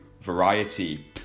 variety